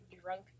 Drunk